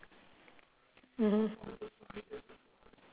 mmhmm